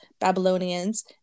Babylonians